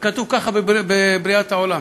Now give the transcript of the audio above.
וכתוב כך בבריאת העולם: